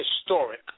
historic